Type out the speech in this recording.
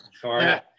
Sorry